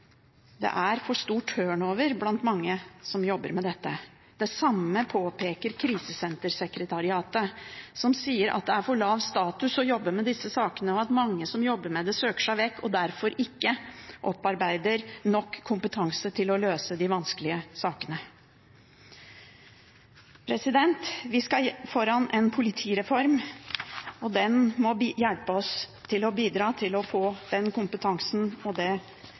Det er ofte stor turnover blant dem Det samme påpeker Krisesentersekretariatet. De sier at det er for lav status å jobbe med disse sakene, at mange som jobber med det, søker seg vekk, og at man derfor ikke opparbeider nok kompetanse til å løse de vanskelige sakene. Vi står foran en politireform, og den må hjelpe oss med å bidra til å få den kompetansen og det